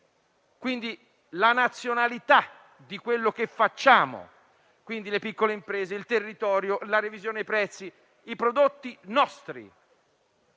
quindi la nazionalità di quello che facciamo: le piccole imprese, il territorio, la revisione dei prezzi, i nostri